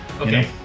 okay